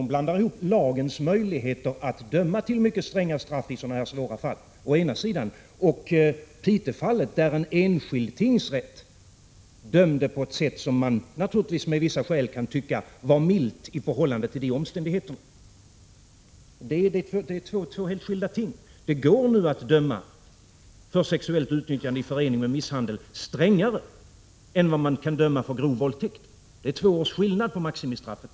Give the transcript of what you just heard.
Hon blandar ihop lagens möjligheter att döma till mycket stränga straff i sådana här svåra fall å ena sidan och å andra sidan Piteåfallet, där den enskilda tingsrätten dömde på ett sätt som man rimligtvis med vissa skäl kan tycka var milt i förhållande till omständigheterna. Men det är två helt skilda ting. Det finns möjlighet att döma för sexuellt utnyttjande i förening med misshandel strängare än vad man kan döma för grov våldtäkt. Det är två års skillnad beträffande maximistraff.